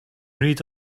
read